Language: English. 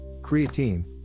Creatine